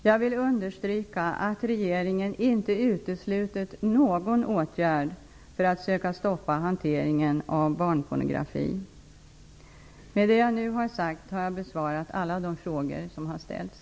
Jag vill understryka att regeringen inte uteslutit någon åtgärd för att söka stoppa hanteringen av barnpornografi. Med det jag nu har sagt har jag besvarat alla de frågor som ställts.